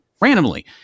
randomly